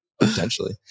Potentially